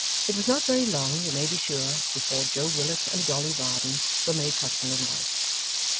it was not very long, you may be sure, before joe willet and dolly varden were made husband and wife,